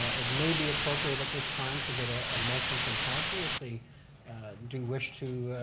it may be appropriate at this time to get a ah motion from council, if they do wish to